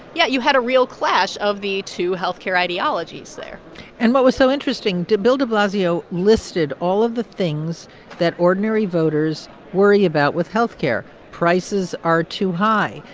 yeah, you had a real clash of the two health care ideologies there and what was so interesting, bill de blasio listed all of the things that ordinary voters worry about with health care. prices are too high.